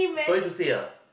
sorry to say ah